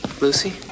Lucy